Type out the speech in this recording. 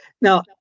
Now